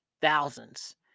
thousands